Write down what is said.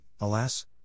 alas